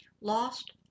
lost